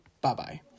Bye-bye